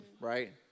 right